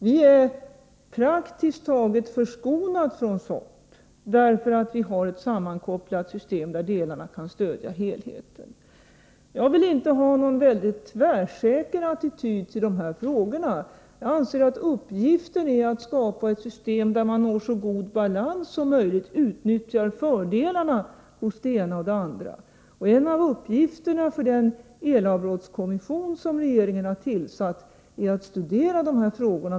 Vi är praktiskt taget förskonade från sådant, eftersom vi har ett sammankopplat system där delarna kan stödja helheten. Jag vill inte inta en tvärsäker attityd i de här frågorna. Jag anser att uppgiften är att skapa ett system där man når så god balans som möjligt och utnyttjar fördelarna på olika håll. En av uppgifterna för den elavbrottskommission som regeringen har tillsatt är att studera de här frågorna.